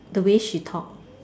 the way she talk